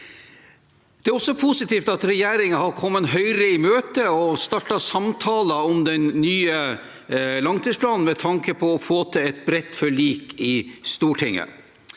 Det er også positivt at regjeringen har kommet Høyre i møte og startet samtaler om den nye langtidsplanen, med tanke på å få til et bredt forlik i Stortinget.